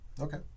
Okay